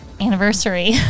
anniversary